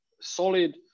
solid